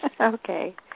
Okay